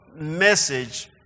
message